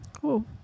Cool